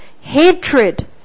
hatred